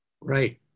Right